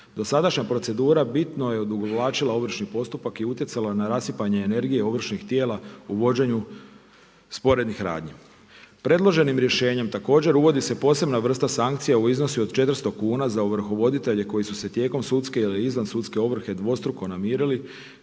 Dosadašnja procedura bitno je odugovlačila ovršni postupak i utjecala na rasipanje energije ovršnih tijela u vođenju sporednih radnji. Predloženim rješenjem također uvodi se posebna vrsta sankcija u iznosu od 400 kuna za ovrhovoditelje koji su se tijekom sudske ili izvan sudske ovrhe dvostruko namirili